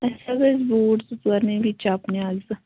اَسہِ حظ ٲسۍ بوٗٹھ زٕ ژور نِنۍ بیٚیہِ چَپنہِ اَکھ زٕ